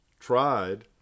tried